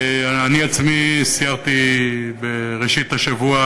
אני עצמי סיירתי בראשית השבוע,